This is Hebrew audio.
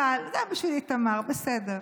טוב, גם בשביל מיכל, גם בשביל איתמר, בסדר.